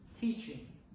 teaching